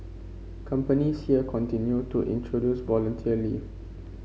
companies here continue to introduce volunteer leave